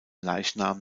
leichnam